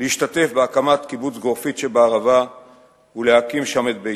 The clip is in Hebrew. להשתתף בהקמת קיבוץ גרופית שבערבה ולהקים שם את ביתי.